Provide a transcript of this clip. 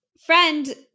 friend